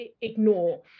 ignore